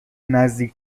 نزدیک